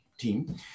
Team